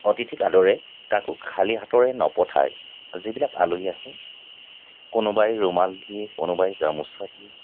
অতিথিক আদৰে কাকো খালী হাতেৰে নপঠিয়ায় যিবিলাক আলহী আহে কোনোবাই ৰুমাল দিয়ে কোনোবাই গামোচা দিয়ে